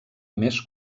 més